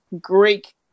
Greek